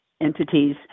entities